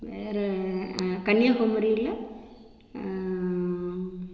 வேற கன்னியாகுமரியில்